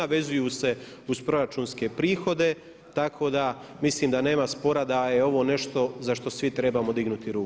Vezuju se uz proračunske prihode tako da mislim da nema spora da je ovo nešto za što svi trebamo dignuti ruku.